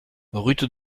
rue